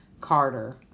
Carter